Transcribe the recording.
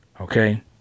Okay